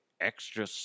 extra